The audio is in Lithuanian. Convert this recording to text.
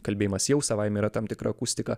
kalbėjimas jau savaime yra tam tikra akustika